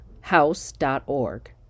house.org